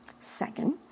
Second